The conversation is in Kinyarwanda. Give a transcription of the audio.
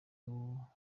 umuti